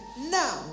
now